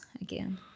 again